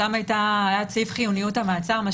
שם היה סעיף חיוניות המעצר.